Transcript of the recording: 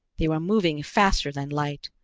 they were moving faster than light,